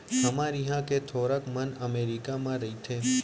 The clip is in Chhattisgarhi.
हमर इहॉं के थोरक मन अमरीका म रइथें